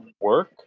work